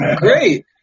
great